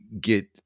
get